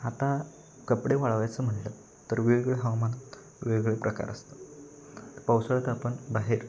आता कपडे वाळवायचं म्हणलं तर वेगळे हवामान वेगळे प्रकार असतात पावसाळ्यात आपण बाहेर